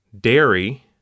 dairy